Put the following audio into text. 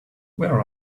where